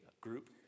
group